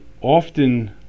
often